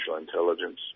intelligence